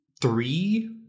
three